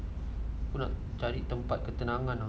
aku nak cari tempat ketenangan